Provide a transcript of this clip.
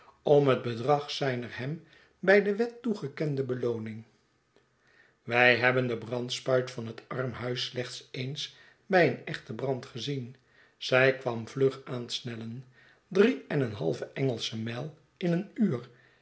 om het bedrag zijner hem bij de wet toegekende belooning wij hebben de brandspuit van het armhuis slechts eens bij een echten brand gezien zij kwam vlug aansnellen drie en een halve engelsche mijl in een uur